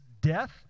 death